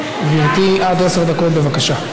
גברתי, עד עשר דקות, בבקשה.